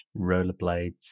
Rollerblades